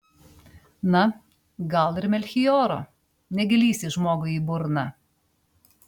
na gal ir melchioro negi lįsi žmogui į burną